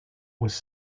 was